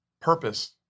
Purpose